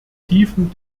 tiefen